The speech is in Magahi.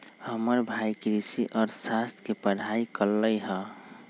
हमर भाई कृषि अर्थशास्त्र के पढ़ाई कल्कइ ह